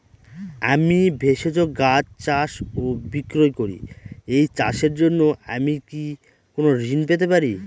আমি ভেষজ গাছ চাষ ও বিক্রয় করি এই চাষের জন্য আমি কি কোন ঋণ পেতে পারি?